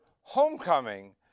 homecoming